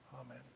Amen